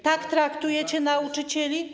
Tak traktujecie nauczycieli?